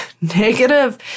negative